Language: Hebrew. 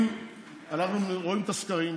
אנחנו רואים את הסקרים,